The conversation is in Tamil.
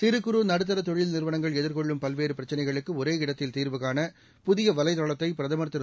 சிறு குறு நடுத்தர தொழில் நிறுவனங்கள் எதிர்கொள்ளும் பல்வேறு பிரச்சினைகளுக்கு ஒரே இடத்தில் தீர்வுகாண புதிய வலைதளத்தை பிரதமர் திரு